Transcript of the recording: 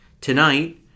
Tonight